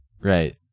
Right